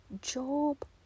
Job